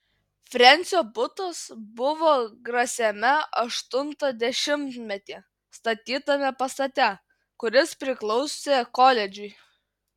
frensio butas buvo grasiame aštuntą dešimtmetį statytame pastate kuris priklausė koledžui